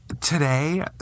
today